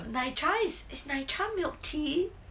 奶茶 is is 奶茶 milk tea